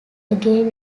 again